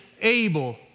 able